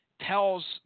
tells